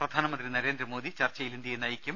പ്രധാനമന്ത്രി നരേന്ദ്രമോദി ചർച്ചയിൽ ഇന്ത്യയെ നയിക്കും